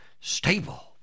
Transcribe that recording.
stable